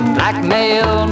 Blackmail